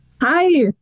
Hi